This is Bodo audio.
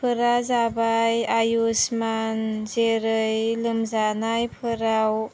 फोरा जाबाय आयुष्मान जेरै लोमजानायफोराव